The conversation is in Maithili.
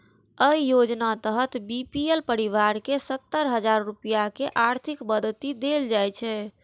अय योजनाक तहत बी.पी.एल परिवार कें सत्तर हजार रुपैया के आर्थिक मदति देल जाइ छै